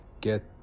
get